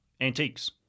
Antiques